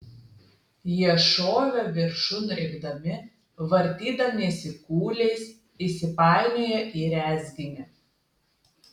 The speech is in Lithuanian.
jie šovė viršun rėkdami vartydamiesi kūliais įsipainioję į rezginį